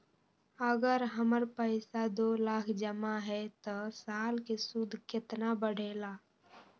अगर हमर पैसा दो लाख जमा है त साल के सूद केतना बढेला?